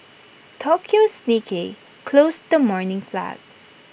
Tokyo's Nikkei closed the morning flat